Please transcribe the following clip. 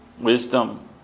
Wisdom